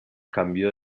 cambio